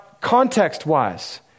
context-wise